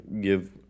give